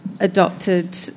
adopted